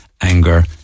anger